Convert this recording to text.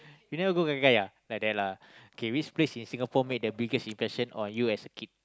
you never go Gai-Gai yeah like that lah okay which place in Singapore made the biggest impression on you as kid